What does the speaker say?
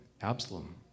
Absalom